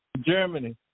Germany